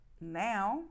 Now